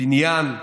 הבניין.